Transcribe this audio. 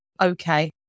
okay